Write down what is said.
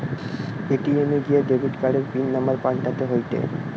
ATM এ গিয়া debit কার্ডের পিন নম্বর পাল্টাতে হয়েটে